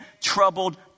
troubled